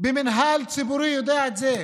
במינהל ציבורי יודע את זה.